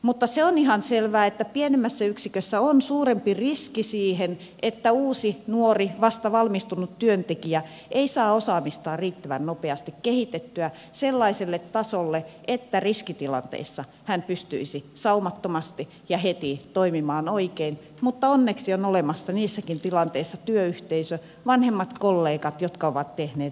mutta se on ihan selvää että pienemmässä yksikössä on suurempi riski siihen että uusi nuori vastavalmistunut työntekijä ei saa osaamistaan riittävän nopeasti kehitettyä sellaiselle tasolle että riskitilanteissa hän pystyisi saumattomasti ja heti toimimaan oikein mutta onneksi on olemassa niissäkin tilanteissa työyhteisö vanhemmat kollegat jotka ovat tehneet pitempään työtä